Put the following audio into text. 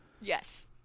Yes